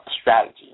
strategy